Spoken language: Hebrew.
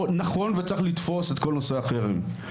נכון וצריך לתפוס את כל נושא החרם.